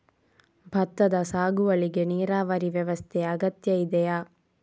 ಭತ್ತದ ಸಾಗುವಳಿಗೆ ನೀರಾವರಿ ವ್ಯವಸ್ಥೆ ಅಗತ್ಯ ಇದೆಯಾ?